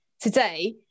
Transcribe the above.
today